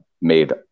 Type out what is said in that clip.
made